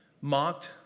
mocked